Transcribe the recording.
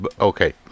okay